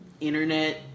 internet